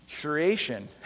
creation